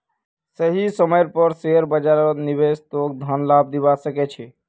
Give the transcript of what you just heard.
सही समय पर शेयर बाजारत निवेश तोक धन लाभ दिवा सके छे